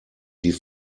die